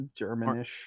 Germanish